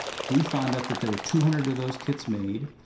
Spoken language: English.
we found out that there were two hundred of those kits made.